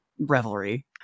revelry